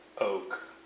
oak